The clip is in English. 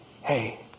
Hey